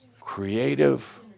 creative